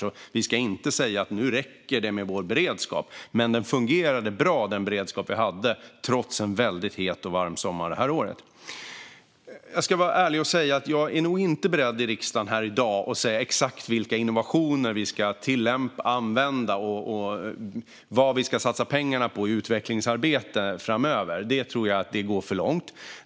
Vi ska alltså inte säga att det nu räcker med vår beredskap, men den beredskap vi hade fungerade bra trots en väldigt het och varm sommar det här året. Jag ska vara ärlig och säga att jag nog inte är beredd att här i dag i riksdagen säga exakt vilka innovationer vi ska använda och vad vi ska satsa pengarna på i utvecklingsarbetet framöver. Det tror jag är att gå för långt.